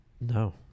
No